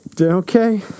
Okay